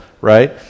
right